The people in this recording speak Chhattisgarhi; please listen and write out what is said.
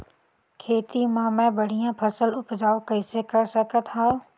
खेती म मै बढ़िया फसल उपजाऊ कइसे कर सकत थव?